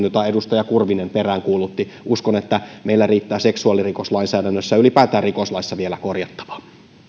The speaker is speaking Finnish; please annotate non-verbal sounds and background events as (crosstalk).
(unintelligible) jota edustaja kurvinen peräänkuulutti uskon että meillä riittää seksuaalirikoslainsäädännössä ja ylipäätään rikoslaissa vielä korjattavaa